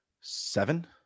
Seven